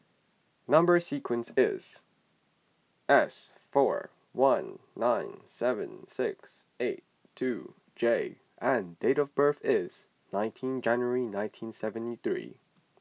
Number Sequence is S four one nine seven six eight two J and date of birth is nineteen January nineteen seventy three